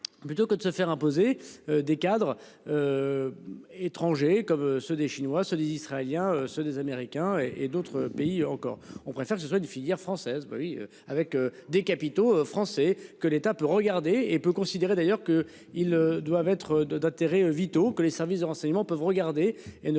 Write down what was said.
Plutôt que de se faire imposer des cadres. Étrangers comme ceux des chinois se des Israéliens ceux des Américains et et d'autres pays encore, on préfère que ce soit une filière française. Oui avec des capitaux français que l'État peut regarder et peut considérer d'ailleurs que ils doivent être de d'intérêts vitaux que les services de renseignements peuvent regarder et ne